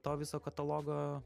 to viso katalogo